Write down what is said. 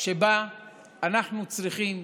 שבה אנחנו צריכים,